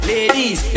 Ladies